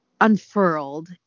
unfurled